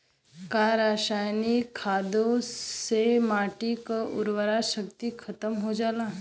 का रसायनिक खादों से माटी क उर्वरा शक्ति खतम हो जाला?